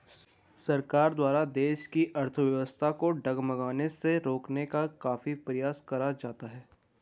सरकार द्वारा देश की अर्थव्यवस्था को डगमगाने से रोकने का काफी प्रयास करा जाता है